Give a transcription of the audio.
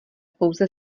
pouze